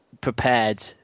prepared